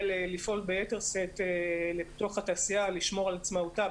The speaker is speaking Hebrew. לפעול ביתר שאת בתעשייה ולשמור על עצמאותה,